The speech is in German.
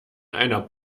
einer